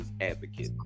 advocate